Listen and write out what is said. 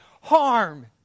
harm